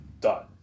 done